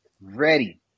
Ready